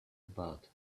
about